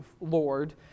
Lord